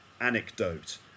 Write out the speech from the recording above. anecdote